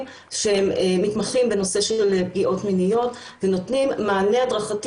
שהם מתמחים בנושא של פגיעות מיניות ונותנים מענה הדרכתי